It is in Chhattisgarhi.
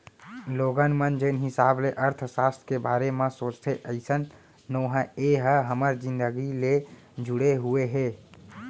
लोगन मन जेन हिसाब ले अर्थसास्त्र के बारे म सोचथे अइसन नो हय ए ह हमर जिनगी ले जुड़े हुए हे